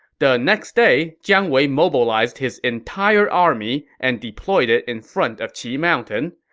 the next day, jiang wei mobilized his entire army and deployed it in front of qi mountain.